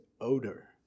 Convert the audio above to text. odor